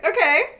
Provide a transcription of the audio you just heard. okay